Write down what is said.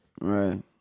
Right